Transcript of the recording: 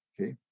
okay